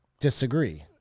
disagree